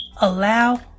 allow